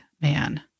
man